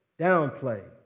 downplay